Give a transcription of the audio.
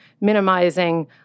minimizing